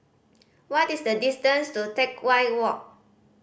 what is the distance to Teck Whye Walk